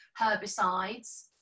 herbicides